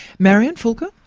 marion fulker?